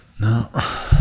no